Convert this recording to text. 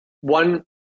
one